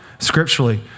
Scripturally